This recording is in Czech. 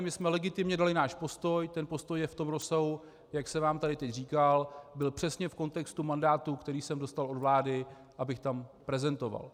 My jsme legitimně dali náš postoj, ten postoj je v tom rozsahu, jak jsem vám tady teď říkal, byl přesně v kontextu mandátu, který jsem dostal od vlády, abych tam prezentoval.